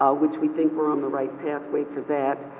ah which we think we're on the right pathway for that,